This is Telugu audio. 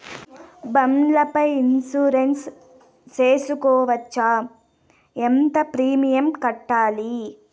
బండ్ల పై ఇన్సూరెన్సు సేసుకోవచ్చా? ఎంత ప్రీమియం కట్టాలి?